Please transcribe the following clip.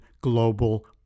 global